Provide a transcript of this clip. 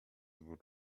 dwór